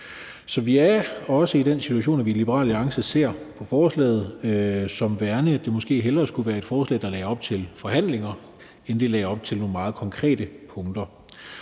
Så vi er også i den situation, at vi i Liberal Alliance ser på forslaget sådan, at det måske hellere skulle være et forslag, der lagde op til forhandlinger end at lægge op til nogle meget konkrete punkter.